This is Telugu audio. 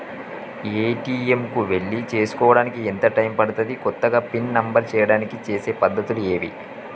ఏ.టి.ఎమ్ కు వెళ్లి చేసుకోవడానికి ఎంత టైం పడుతది? కొత్తగా పిన్ నంబర్ చేయడానికి చేసే పద్ధతులు ఏవి?